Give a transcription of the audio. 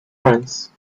france